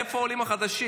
איפה העולים החדשים,